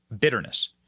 bitterness